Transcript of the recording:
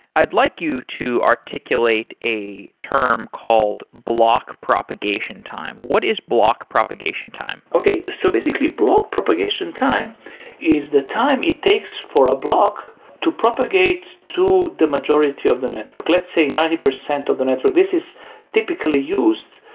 i'd like you to articulate a term called block propagation time. what is block propagation time? okay. so basically, block propagation time is the time it takes for a block to propagate to the majority of the network. let's say ninety percent of the network. this is typically used,